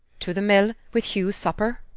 to the mill, with hugh's supper.